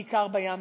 בעיקר בים,